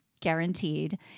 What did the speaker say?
guaranteed